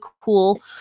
cool